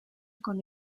con